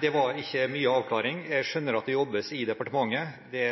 Det var ikke mye avklaring. Jeg skjønner at det jobbes i departementet – det